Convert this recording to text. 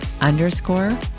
underscore